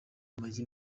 amagi